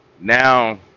now